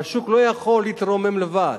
והשוק לא יכול להתרומם לבד